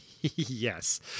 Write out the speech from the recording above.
Yes